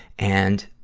and,